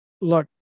Look